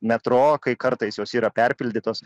metro kai kartais jos yra perpildytos